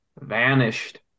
vanished